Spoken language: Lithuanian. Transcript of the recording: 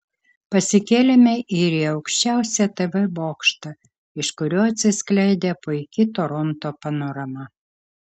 pasikėlėme ir į aukščiausią tv bokštą iš kurio atsiskleidė puiki toronto panorama